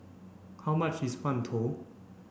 how much is Mantou